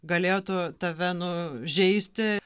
galėtų tave nu žeisti